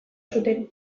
zuten